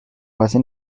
base